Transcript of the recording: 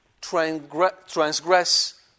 transgress